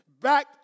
Back